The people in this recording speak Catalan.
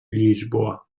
lisboa